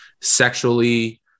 sexually